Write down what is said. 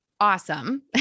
awesome